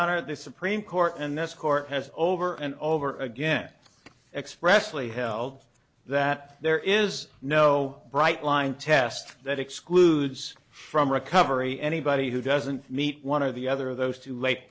honor the supreme court and this court has over and over again expressly held that there is no bright line test that excludes from recovery anybody who doesn't meet one or the other of those too late